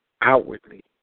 outwardly